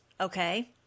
Okay